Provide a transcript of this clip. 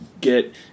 get